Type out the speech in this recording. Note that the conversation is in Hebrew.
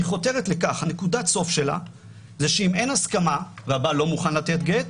חותרת לכך ונקודת הסוף שלה היא שאם אין הסכמה והבעל לא מוכן לתת גט,